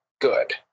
good